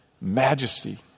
majesty